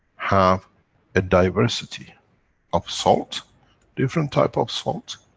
have a diversity of salt different type of salt,